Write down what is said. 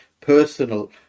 personal